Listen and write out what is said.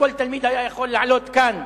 כל תלמיד היה יכול לעלות כאן